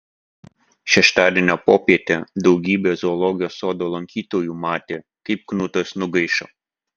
šeštadienio popietę daugybė zoologijos sodo lankytojų matė kaip knutas nugaišo